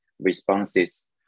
responses